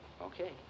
Okay